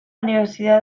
universidad